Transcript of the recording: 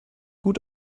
gut